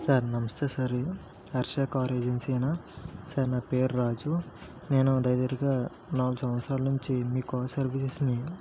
sir నమస్తే sir Harsha car ఏజెన్సీయేనా sir నా పేర్ రాజు నేను డ్రైవర్గా నాలుగు సంవత్సరాల నుంచి మీ కార్ సర్వీసెస్ని